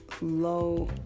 low